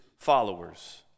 followers